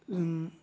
जों